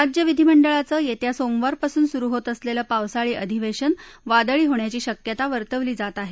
राज्य विधीमंडळाचं येत्या सोमवारपासून सुरू होत असलेलं पावसाळी अधिवेशन वादळी होण्याची शक्यता वर्तवली जात आहे